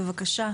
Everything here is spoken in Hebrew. בבקשה,